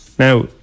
Now